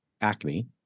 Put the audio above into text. acne